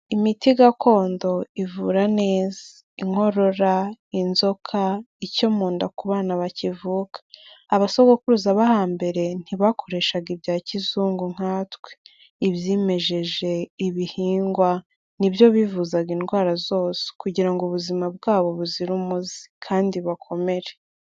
Imiti gakondo ivura neza. Inkorora, inzoka, icyo mu nda ku bana bakivuka. Abasogokuruza bo hambere, ntibakoreshaga ibya kizungu nkatwe. Ibyimejeje, ibihingwa, ni byo bivuzaga indwara zose kugira ngo ubuzima bwabo buzire umuze kandi bakomere.